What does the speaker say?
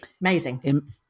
amazing